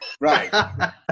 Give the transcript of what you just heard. Right